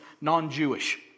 non-Jewish